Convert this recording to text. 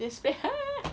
jet spray ah